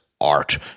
art